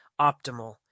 optimal